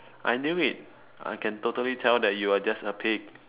I knew it I can totally tell that you are just a pig